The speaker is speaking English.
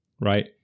Right